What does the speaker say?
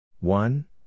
One